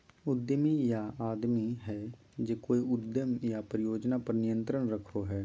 उद्यमी उ आदमी हइ जे कोय उद्यम या परियोजना पर नियंत्रण रखो हइ